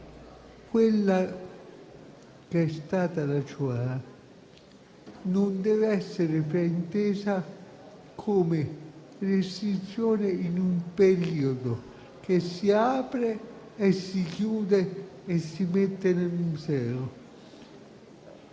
quella che è stata la Shoah non deve essere fraintesa come restrizione in un periodo che si apre, si chiude e si mette nel Museo.